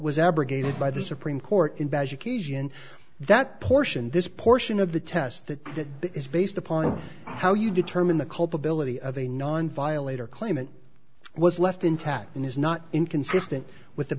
was abrogated by the supreme court in badge occasion that portion this portion of the test that is based upon how you determine the culpability of a non violator claimant was left intact and is not inconsistent with the